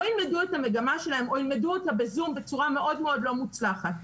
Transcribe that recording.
לא ילמדו את המגמה שלהם או ילמדו אותה ב-זום בצורה מאוד מאוד לא מוצלחת.